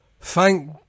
thank